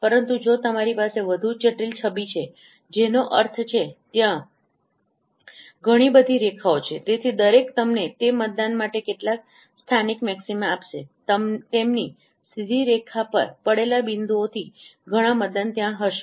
પરંતુ જો તમારી પાસે વધુ જટિલ છબી છે જેનો અર્થ છે ત્યાં ઘણી બધી રેખાઓ છે તેથી દરેક તમને તે મતદાન માટે કેટલાક સ્થાનિક મેક્સિમા આપશે તેમની સીધી રેખા પર પડેલા બિંદુઓથી ઘણાં મતદાન ત્યાં હશે